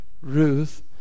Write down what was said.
Ruth